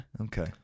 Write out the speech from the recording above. Okay